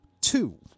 two